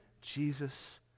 Jesus